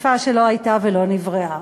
חטיפה שלא הייתה ולא נבראה.